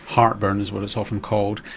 heartburn is what it's often called,